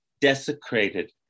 desecrated